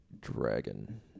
Dragon